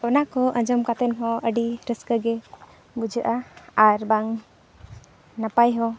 ᱚᱱᱟ ᱠᱚ ᱟᱸᱡᱚᱢ ᱠᱟᱛᱮᱫ ᱦᱚᱸ ᱟᱹᱰᱤ ᱨᱟᱹᱥᱠᱟᱜᱮ ᱵᱩᱡᱷᱟᱹᱜᱼᱟ ᱟᱨ ᱵᱟᱝ ᱱᱟᱯᱟᱭ ᱦᱚᱸ